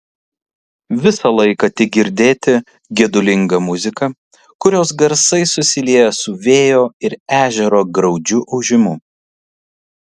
visą laiką tik girdėti gedulinga muzika kurios garsai susilieja su vėjo ir ežero graudžiu ūžimu